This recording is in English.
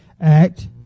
act